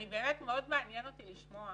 באמת, מאוד מעניין אותי לשמוע